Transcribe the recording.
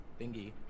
thingy